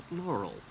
Laurel